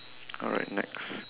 alright next